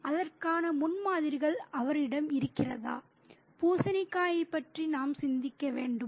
அதற்கான முன்மாதிரிகள் அவரிடம் இருக்கிறதா பூசணிக்காயைப் பற்றி நாம் சிந்திக்க வேண்டுமா